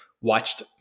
watched